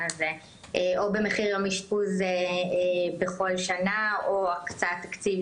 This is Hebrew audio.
הזה או במחיר יום אשפוז בכל שנה או בהקצאת תקציב